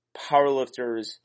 powerlifters